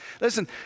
Listen